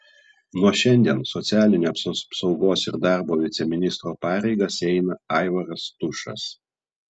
nuo šiandien socialinės apsaugos ir darbo viceministro pareigas eina aivaras tušas